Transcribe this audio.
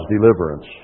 deliverance